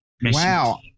Wow